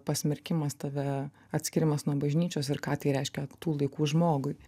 pasmerkimas tave atskiriamas nuo bažnyčios ir ką tai reiškia tų laikų žmogui